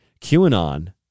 QAnon